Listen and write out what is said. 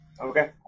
Okay